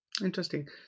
Interesting